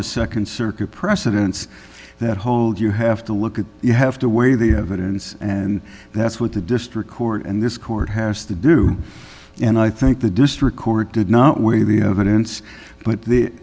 the nd circuit precedents that hold you have to look at you have to weigh the evidence and that's what the district court and this court has to do and i think the district court did not